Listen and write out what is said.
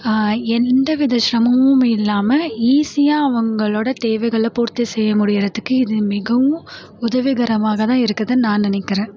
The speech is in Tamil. எந்தவித சிரமமும் இல்லாமல் ஈசியாக அவங்களோட தேவைகளை பூர்த்தி செய்ய முடிகிறதுக்கு இது மிகவும் உதவிகரமாகதான் இருக்குதுன்னு நான் நினைக்கிறேன்